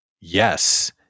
Yes